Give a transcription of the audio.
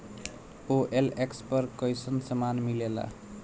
OLX पर कइसन सामान मीलेला?